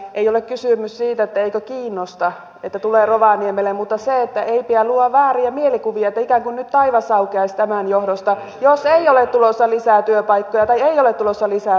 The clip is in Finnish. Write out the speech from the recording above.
ei ole kysymys siitä etteikö kiinnosta että tulee rovaniemelle mutta ei pidä luoda vääriä mielikuvia että ikään kuin nyt taivas aukeaisi tämän johdosta jos ei ole tulossa lisää työpaikkoja tai ei ole tulossa lisää verotuloja